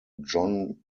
john